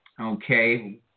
Okay